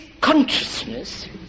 consciousness